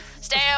Stay